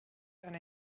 and